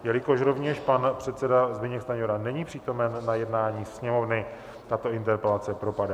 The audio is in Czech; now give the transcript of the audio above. Jelikož rovněž pan předseda Zbyněk Stanjura není přítomen na jednání Sněmovny, tato interpelace propadá.